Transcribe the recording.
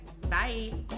bye